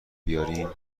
بیارین